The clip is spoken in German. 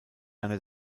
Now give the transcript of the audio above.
einer